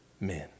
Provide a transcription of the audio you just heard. men